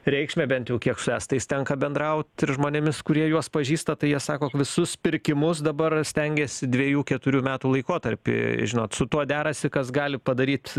reikšmę bent jau kiek su estais tenka bendraut ir žmonėmis kurie juos pažįsta tai jie sako visus pirkimus dabar stengiasi dvejų keturių metų laikotarpy žinot su tuo derasi kas gali padaryt